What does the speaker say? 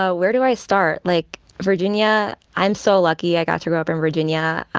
ah where do i start? like, virginia i'm so lucky i got to grow up in virginia.